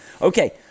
Okay